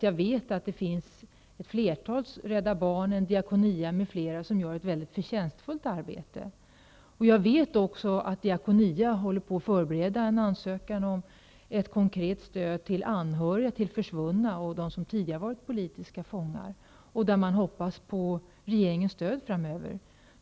Jag vet att det finns ett flertal -- Rädda barnen, Diakonia m.fl. -- som gör ett förtjänstfullt arbete. Jag vet också att Diakonia håller på att förbereda en ansökan om ett konkret stöd till anhöriga till försvunna och de som tidigare har varit politiska fångar, och man hoppas där på regeringens stöd framöver.